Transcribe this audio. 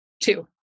Two